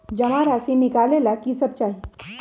जमा राशि नकालेला कि सब चाहि?